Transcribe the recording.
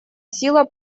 сила